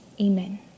Amen